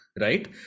Right